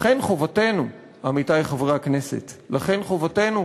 לכן חובתנו, עמיתי חברי הכנסת, לכן חובתנו,